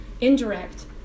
indirect